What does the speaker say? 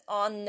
on